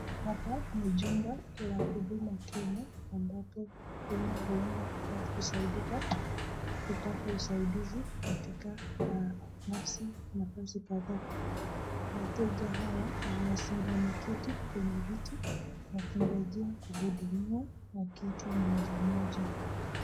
Hapa ni jumba la huduma Kenya ambapo wakenya huenda kusaidika kupata usaidizi katika nafasi kadhaa, wateja hao wameketi kwenye viti wakingojea kuhudumiwa wakiitwa mmoja mmoja.